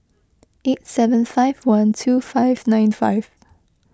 eight seven five one two five nine five